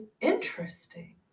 Interesting